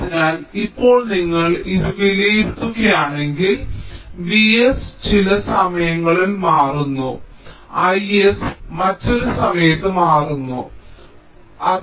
അതിനാൽ ഇപ്പോൾ നിങ്ങൾ ഇത് വിലയിരുത്തുകയാണെങ്കിൽ Vs ചില സമയങ്ങളിൽ മാറുന്നു I s മറ്റൊരു സമയത്ത് മാറുന്നു I s അങ്ങനെയാണ്